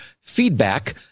feedback